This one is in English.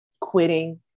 quitting